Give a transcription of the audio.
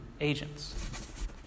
agents